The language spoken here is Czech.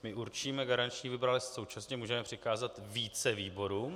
My určíme garanční výbor, ale současně můžeme přikázat více výborům.